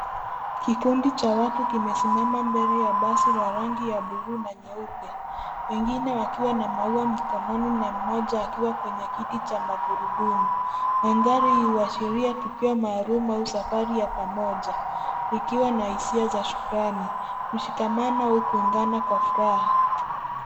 Kikundi cha watu kimesimama mbele ya basila rangi ya buluu na nyeupe. Wengine wakiwa na maua mikononi na mmoja akiwa kwenye kiti cha magurudumu. Mandhari hii huashiria tukio maalum au safari ya pamoja likiwa na hisia za shukrani, mshikamano au kuungana kwa furaha.